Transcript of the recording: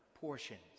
portions